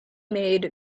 made